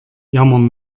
jammern